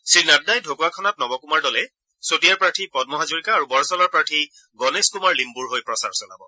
শ্ৰীনাড্ডাই ঢকুৱাখনাত নৱ কুমাৰ দলে চতিয়াৰ প্ৰাৰ্থী পল্ম হাজৰিকা আৰু বৰছলাৰ প্ৰাৰ্থী গণেশ কুমাৰ লিঘুৰ হৈ প্ৰচাৰ চলাব